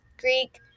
greek